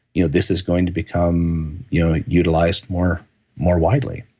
you know this is going to become you know utilized more more widely,